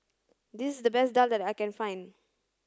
this is the best Daal that I can find